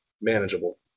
Manageable